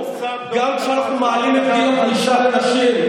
גם כשאנחנו מעלים את גיל הפרישה לנשים,